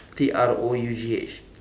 T R O U G H